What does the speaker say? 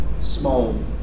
small